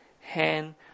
hand